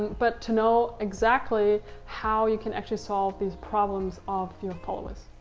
but to know exactly how you can actually solve these problems of your followers.